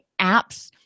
apps